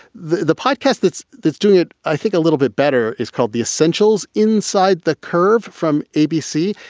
the the podcast that's that's doing it. i think a little bit better. it's called the essentials. inside the curve from abc.